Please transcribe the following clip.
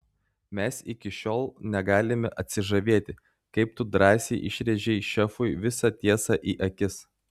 mes iki šiol negalime atsižavėti kaip tu drąsiai išrėžei šefui visą tiesą į akis